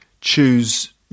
choose